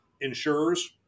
insurers